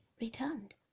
returned